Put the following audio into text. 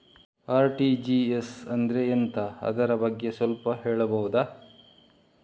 RTGS ಅಂದ್ರೆ ಎಂತ ಅದರ ಬಗ್ಗೆ ಸ್ವಲ್ಪ ಹೇಳಬಹುದ?